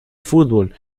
fútbol